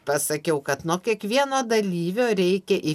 pasakiau kad nuo kiekvieno dalyvio reikia į